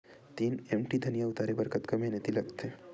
तीन एम.टी धनिया उतारे बर कतका मेहनती लागथे?